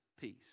peace